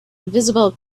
invisible